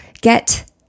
get